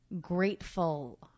grateful